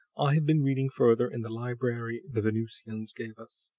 i have been reading further in the library the venusians gave us,